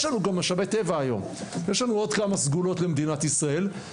היום יש לנו גם משאבי טבע ויש למדינת ישראל גם עוד כמה סגולות.